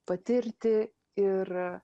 patirti ir